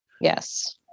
Yes